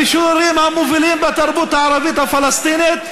המשוררים המובילים בתרבות הערבית הפלסטינית,